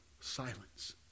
Silence